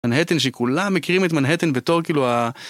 מנהטן שכולם מכירים את מנהטן בתור כאילו ה...